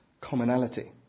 commonality